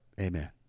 Amen